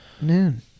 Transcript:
noon